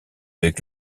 avec